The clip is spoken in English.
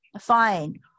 fine